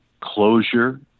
closure